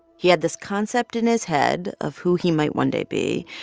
he had this concept in his head of who he might one day be.